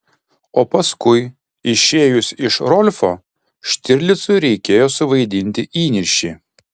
o paskui išėjus iš rolfo štirlicui reikėjo suvaidinti įniršį